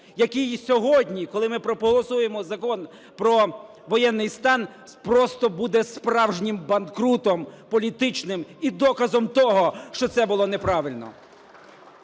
який і сьогодні, коли ми проголосуємо Закон про воєнний стан, просто буде справжнім банкрутом політичним і доказом того, що це було неправильно.